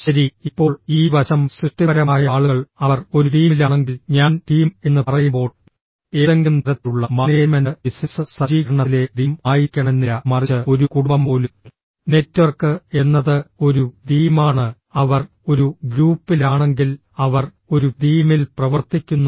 ശരി ഇപ്പോൾ ഈ വശംഃ സൃഷ്ടിപരമായ ആളുകൾ അവർ ഒരു ടീമിലാണെങ്കിൽ ഞാൻ ടീം എന്ന് പറയുമ്പോൾ ഏതെങ്കിലും തരത്തിലുള്ള മാനേജ്മെന്റ് ബിസിനസ്സ് സജ്ജീകരണത്തിലെ ടീം ആയിരിക്കണമെന്നില്ല മറിച്ച് ഒരു കുടുംബം പോലും നെറ്റ്വർക്ക് എന്നത് ഒരു ടീമാണ് അവർ ഒരു ഗ്രൂപ്പിലാണെങ്കിൽ അവർ ഒരു ടീമിൽ പ്രവർത്തിക്കുന്നു